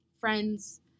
friends